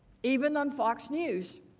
even on fox news.